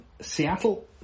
Seattle